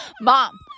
mom